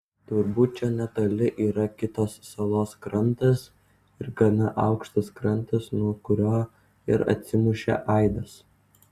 turbūt čia netoli yra kitos salos krantas ir gana aukštas krantas nuo kurio ir atsimušė aidas